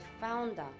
founder